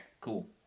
cool